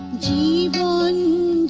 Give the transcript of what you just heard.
the one